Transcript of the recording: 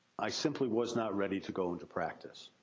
i simply was not ready to go into practice.